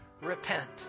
Repent